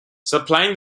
supplying